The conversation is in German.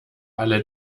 alle